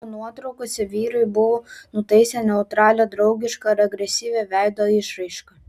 be to nuotraukose vyrai buvo nutaisę neutralią draugišką ar agresyvią veido išraišką